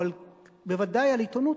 אבל ודאי על עיתונות,